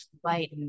white